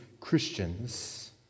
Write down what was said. Christians